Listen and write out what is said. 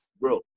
Bro